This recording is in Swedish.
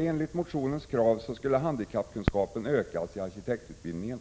Enligt motionens krav skulle handikappkunskapen ökas i arkitektutbildningen.